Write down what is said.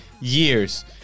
years